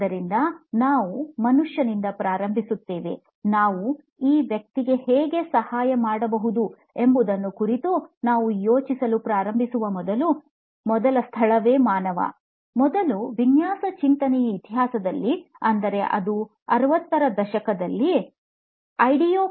ಆದ್ದರಿಂದ ನಾವು ಮನುಷ್ಯನಿಂದ ಪ್ರಾರಂಭಿಸುತ್ತೇವೆ ನಾವು ಈ ವ್ಯಕ್ತಿಗೆ ಹೇಗೆ ಸಹಾಯ ಮಾಡಬಹುದು ಎಂಬುದನ್ನು ಕುರಿತು ನಾವು ಯೋಚಿಸಲು ಪ್ರಾರಂಭಿಸುವ ಮೊದಲ ಸ್ಥಳವೇ ಮಾನವ ಮೊದಲು ವಿನ್ಯಾಸ ಚಿಂತನೆಯ ಇತಿಹಾಸದಲ್ಲಿ ಅಂದರೆ ಅದು 60 ರ ದಶಕದಲ್ಲಿ ಐಡಿಯೊ